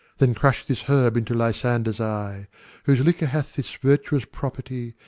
then crush this herb into lysander's eye whose liquor hath this virtuous property,